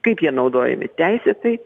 kaip jie naudojami teisėtai